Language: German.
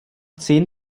zehn